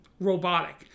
robotic